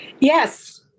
Yes